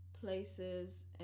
places